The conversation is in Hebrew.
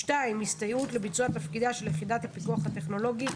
(2)הסתייעות לביצוע תפקידיה של יחידת הפיקוח הטכנולוגי,